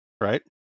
right